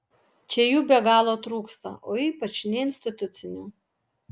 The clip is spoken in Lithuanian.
čia jų be galo trūksta o ypač neinstitucinių